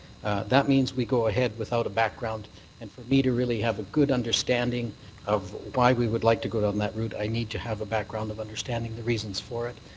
that means we go ahead without a background and for me to really have a good understanding of why we would like to go down that route, i need to have a background of understanding the reasons for it.